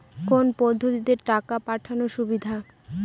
কোন পদ্ধতিতে টাকা পাঠানো সুবিধা?